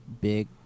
big